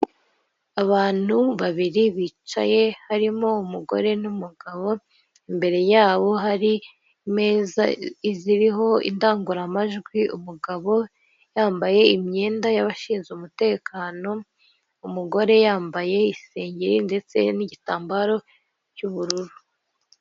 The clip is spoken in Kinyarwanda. Abantu babiri bicaye harimo umugore n'umugabo imbere yabo hari imeza ziriho indangururamajwi umugabo yambaye imyenda y'abashinzwe umutekano umugore yambaye isengeri ndetse n'igitambaro cy'ubururu.